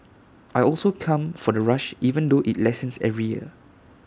I also come for the rush even though IT lessens every year